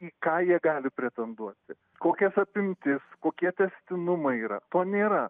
į ką jie gali pretenduoti kokias apimtis kokie tęstinumai yra to nėra